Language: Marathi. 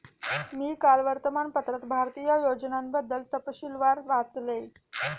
मी काल वर्तमानपत्रात भारतीय योजनांबद्दल तपशीलवार वाचले